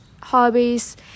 hobbies